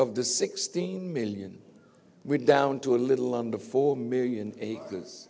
of the sixteen million we're down to a little under four million